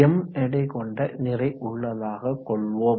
M எடை கொண்ட நிறை உள்ளதாக கொள்வோம்